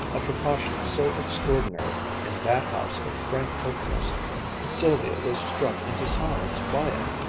a precaution so extraordinary in that house of frank openness that sylvia was struck into silence by it.